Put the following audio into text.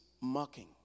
mocking